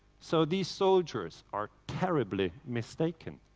so these soldiers are terribly mistaken.